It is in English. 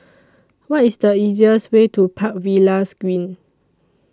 What IS The easiest Way to Park Villas Green